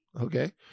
okay